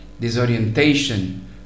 disorientation